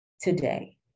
Today